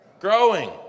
Growing